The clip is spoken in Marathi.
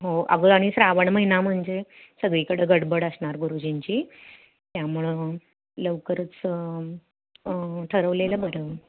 हो अगं आणि श्रावण महिना म्हणजे सगळीकडं गडबड असणार गुरुजींची त्यामुळं लवकरच ठरवलेलं बरं